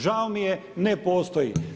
Žao mi je, ne postoji.